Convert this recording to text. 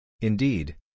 Indeed